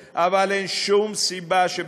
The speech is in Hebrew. בין אם זה מתרבויות שמתקיימות כאן,